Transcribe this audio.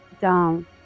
down